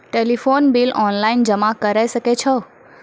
Telephone bill online जमा करै सकै छौ?